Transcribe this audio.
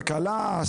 כלכלה,